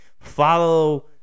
Follow